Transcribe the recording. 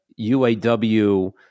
UAW